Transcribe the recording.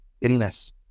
illness